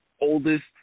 oldest